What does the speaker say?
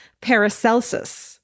Paracelsus